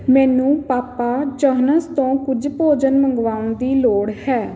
ਮੈਨੂੰ Papa John's ਤੋਂ ਕੁਝ ਭੋਜਨ ਮੰਗਵਾਉਣ ਦੀ ਲੋੜ ਹੈ